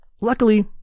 Luckily